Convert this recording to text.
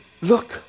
Look